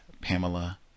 Pamela